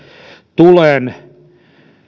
tulen